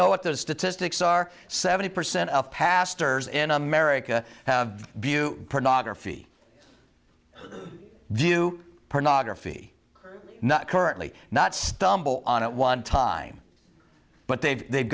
know what those statistics are seventy percent of pastors in america have bew pornography do pornography not currently not stumble on at one time but they've